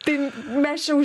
tai mes čia už